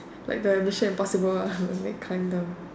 like the mission impossible ah make time the